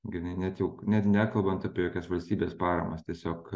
jinai net jau net nekalbant apie jokias valstybės pajamas tiesiog